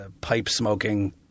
pipe-smoking